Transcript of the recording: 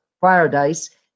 paradise